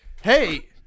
hey